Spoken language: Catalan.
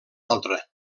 altre